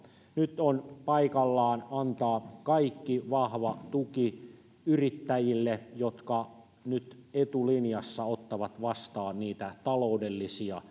nyt on paikallaan antaa kaikki vahva tuki yrittäjille jotka nyt etulinjassa ottavat vastaan niitä taloudellisia